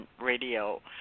Radio